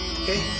okay